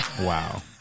Wow